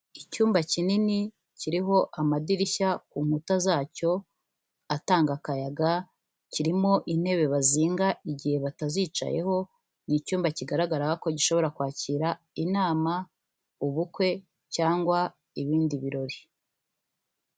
Icyumba kinini kiriho amadirishya ku nkuta zacyo atanga akayaga, kirimo intebe bazinga igihe batazicayeho, ni icyumba kigaragaraho ko gishobora kwakira inama, ubukwe cyangwa ibindi birori.